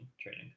training